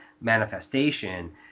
manifestation